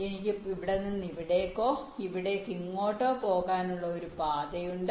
എനിക്ക് ഇവിടെ നിന്ന് ഇവിടേക്കോ ഇവിടേക്ക് ഇങ്ങോട്ടോ പോകാനുള്ള ഒരു പാതയുണ്ട്